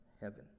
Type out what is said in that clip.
heaven